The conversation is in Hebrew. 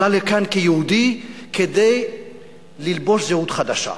עלה לכאן כיהודי כדי ללבוש זהות חדשה?